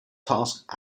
task